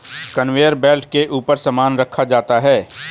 conveyor belt के ऊपर सामान रखा जाता है